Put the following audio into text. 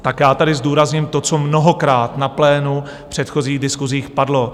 Tak já tady zdůrazním to, co mnohokrát na plénu v předchozích diskusích padlo.